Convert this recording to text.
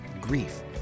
grief